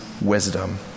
wisdom